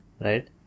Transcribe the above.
right